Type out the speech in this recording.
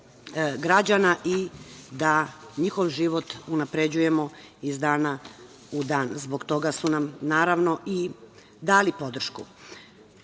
građana i da njihov život unapređujemo iz dana u dan. Zbog toga su nam i dali podršku. Jačanje